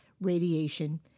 radiation